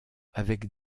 avec